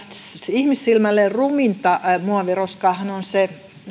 ihmissilmälle ruminta muoviroskaahan on se